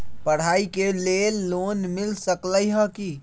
पढाई के लेल लोन मिल सकलई ह की?